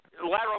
lateral